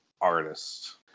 artist